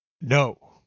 No